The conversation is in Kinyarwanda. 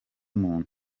umuntu